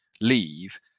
leave